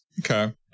Okay